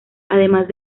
además